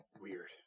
Weird